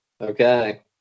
okay